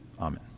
amen